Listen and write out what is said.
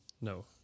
No